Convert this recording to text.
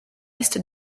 est